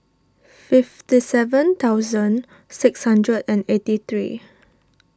fifty seven thousand six hundred and eighty three